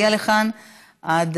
כאן.